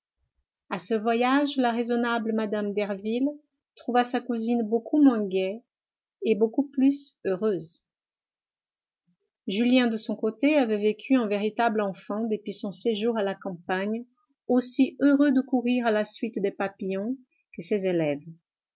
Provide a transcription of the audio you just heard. a ce voyage la raisonnable mme derville trouva sa cousine beaucoup moins gaie et beaucoup plus heureuse julien de son côté avait vécu en véritable enfant depuis son sejour à la campagne aussi heureux de courir à la suite des papillons que ses élèves